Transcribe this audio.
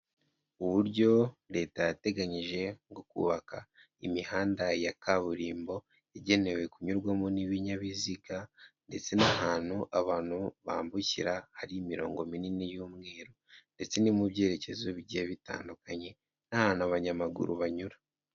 Uburyo leta yateganyije bwo kubaka imihanda ya kaburimbo, igenewe kunyurwamo n'ibinyabiziga ndetse n'ahantu abantu bambukira hari imirongo minini y'umweru ndetse ni mu byerekezo bigiye bitandukanye n'ahantu abanyamaguru banyura.